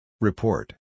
Report